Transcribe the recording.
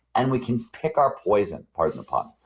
and we can pick our poison, pardon the pun.